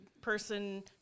person